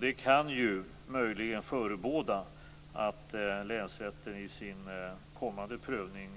Detta kan möjligen förebåda att länsrätten i sin kommande prövning